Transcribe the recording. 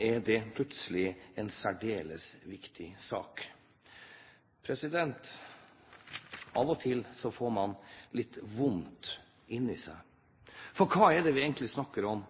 er det plutselig en særdeles viktig sak. Av og til får man litt vondt inne i seg. For hva er det egentlig vi snakker om?